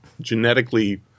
genetically